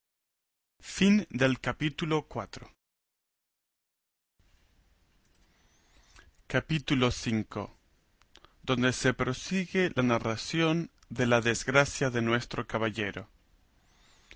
todo el cuerpo capítulo v donde se prosigue la narración de la desgracia de nuestro caballero